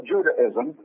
Judaism